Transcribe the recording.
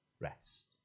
Rest